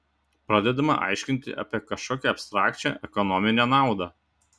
pradedama aiškinti apie kažkokią abstrakčią ekonominę naudą